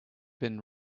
been